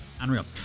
Unreal